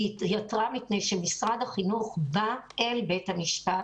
אלא מכיוון שמשרד החינוך בא אל בית המשפט